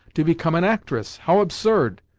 to become an actress! how absurd!